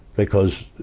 because,